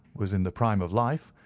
was in the prime of life,